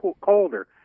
colder